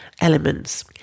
elements